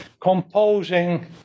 composing